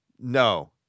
no